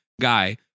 guy